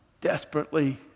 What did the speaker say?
desperately